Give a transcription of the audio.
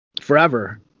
forever